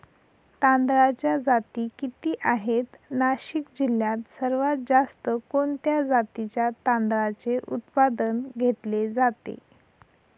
तांदळाच्या जाती किती आहेत, नाशिक जिल्ह्यात सर्वात जास्त कोणत्या जातीच्या तांदळाचे उत्पादन घेतले जाते?